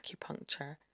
acupuncture